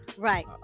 right